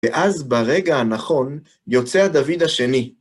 ואז ברגע הנכון יוצא הדוד השני.